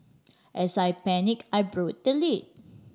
as I panic I broke the lid